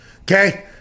Okay